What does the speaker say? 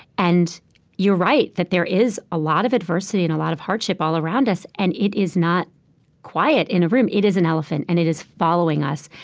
and you're right that there is a lot of adversity and a lot of hardship all around us. and it is not quiet in a room. it is an elephant, and it is following us.